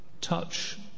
touch